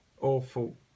Awful